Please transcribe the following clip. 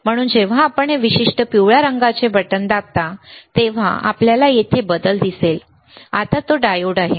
म्हणून जेव्हा आपण हे विशिष्ट पिवळ्या रंगाचे बटण दाबता तेव्हा आपल्याला येथे बदल दिसेल आता तो डायोड आहे